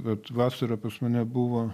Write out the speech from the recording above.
bet vasarą pas mane buvo